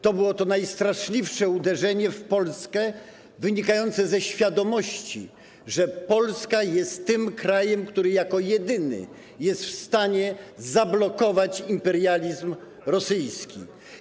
To było to najstraszliwsze uderzenie w Polskę wynikające ze świadomości, że Polska jest tym krajem, który jako jedyny jest w stanie zablokować imperializm rosyjski.